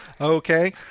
Okay